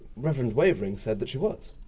reverend wavering said that she was.